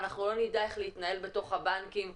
אנחנו לא נדע איך להתנהל בתוך הבנקים.